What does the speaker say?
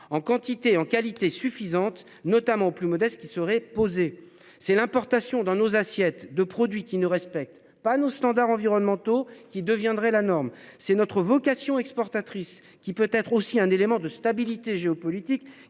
en quantité et en qualité suffisante, notamment aux plus modestes qui seraient posées, c'est l'importation dans nos assiettes de produits qui ne respectent pas nos standards environnementaux qui deviendrait la norme c'est notre vocation exportatrice, qui peut être aussi un élément de stabilité géopolitique